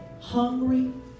hungry